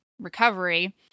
recovery